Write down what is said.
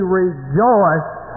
rejoice